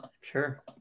Sure